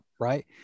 right